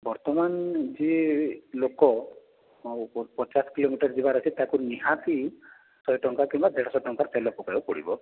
ବର୍ତ୍ତମାନ ଯିଏ ଲୋକ ପଚାଶ କିଲୋମିଟର୍ ଯିବାର ଅଛି ତା'କୁ ନିହାତି ଶହେ ଟଙ୍କା କିମ୍ବା ଦେଢ଼ଶହ ଟଙ୍କାର ତେଲ ପକାଇବାକୁ ପଡ଼ିବ